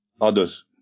others